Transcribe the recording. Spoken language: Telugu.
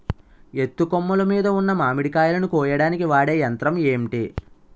ఎత్తు కొమ్మలు మీద ఉన్న మామిడికాయలును కోయడానికి వాడే యంత్రం ఎంటి?